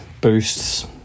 boosts